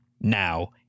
now